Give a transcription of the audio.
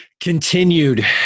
continued